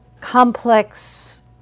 complex